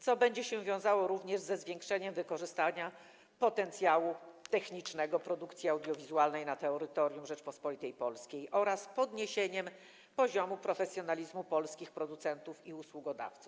co będzie się wiązało ze zwiększeniem wykorzystania potencjału technicznego produkcji audiowizualnej na terytorium Rzeczypospolitej Polskiej oraz podniesieniem poziomu profesjonalizmu polskich producentów i usługodawców.